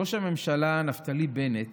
ראש הממשלה נפתלי בנט